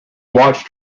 watched